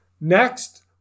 Next